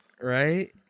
right